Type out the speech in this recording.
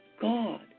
God